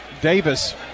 Davis